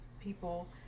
people